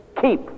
Keep